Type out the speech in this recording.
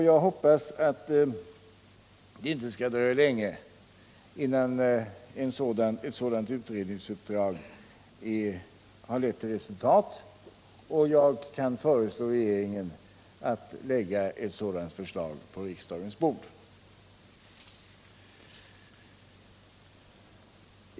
Jag hoppas att det inte skall dröja länge innan detta utredningsuppdrag har lett till resultat, så att jag kan föreslå regeringen att lägga ett sådant förslag på riksdagens bord.